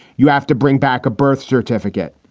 you have to bring back a birth certificate.